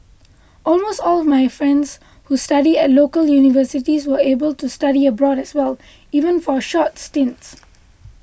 almost all my friends who studied at local universities were able to study abroad as well even for short stints